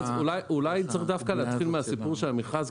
אולי צריך להתחיל דווקא מהסיפור של המכרז,